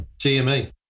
GME